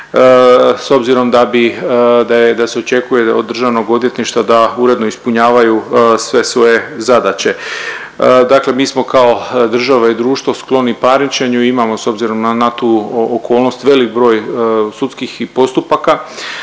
da bi, da se očekuje od državnog odvjetništva da uredno ispunjavaju sve svoje zadaće, dakle mi smo kao država i društvo skloni parničenju i imamo s obzirom na tu okolnost velik broj sudskih i postupaka,